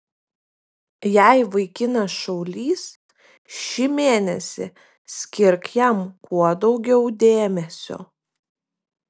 jei vaikinas šaulys šį mėnesį skirk jam kuo daugiau dėmesio